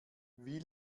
wie